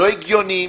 לא הגיוניים.